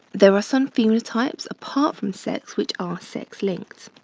there are some phenotypes apart from sets which are sex linked.